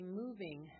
moving